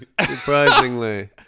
Surprisingly